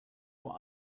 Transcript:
what